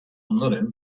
ondoren